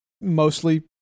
mostly